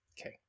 okay